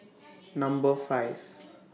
Number five